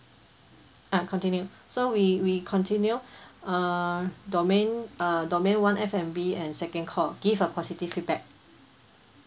ah continue so we we continue err domain uh domain one F&B and second call give a positive feedback